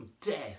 death